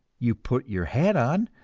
you put your hat on,